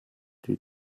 die